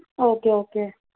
okay okay